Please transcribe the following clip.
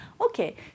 Okay